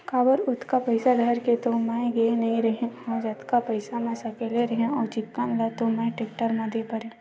काबर ओतका पइसा धर के तो मैय गे नइ रेहे हव जतका पइसा मै सकले रेहे हव चिक्कन ल तो मैय टेक्टर म दे परेंव